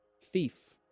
thief